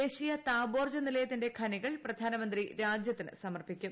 ദേശീയ താപോർജ്ജ നിലയത്തിന്റെ ഖനികൾ പ്രധാനമന്ത്രി രാജ്യത്തിന് സമർപ്പിക്കും